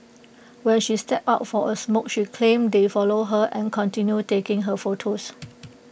when she stepped out for A smoke she claims they followed her and continued taking her photos